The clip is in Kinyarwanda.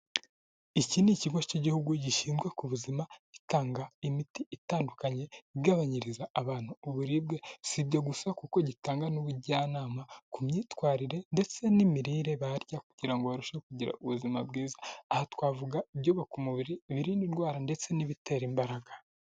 Iki ni ikigo cy'igihugu gishinzwe ku buzima gitanga imiti itandukanye igabanyiriza abantu uburibwe, si ibyo gusa kuko gitanga n'ubujyanama ku myitwarire ndetse n'imirire barya kugira ngo barusheho kugira ubuzima bwiza, aha twavuga ibyubaka umubiri, ibirinda indwara ndetse n'ibitera imbaraga.